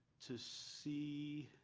to see